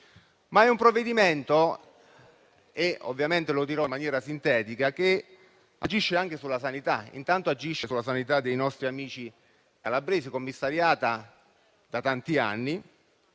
di un provvedimento - lo dirò in maniera sintetica - che agisce anche sulla sanità. Intanto agisce sulla sanità dei nostri amici calabresi, commissariata da tanti anni,